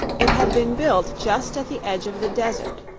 it had been built just at the edge of the desert,